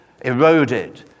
eroded